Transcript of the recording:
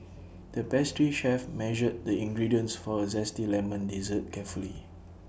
the pastry chef measured the ingredients for A Zesty Lemon Dessert carefully